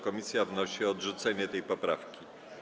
Komisja wnosi o odrzucenie tej poprawki.